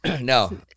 no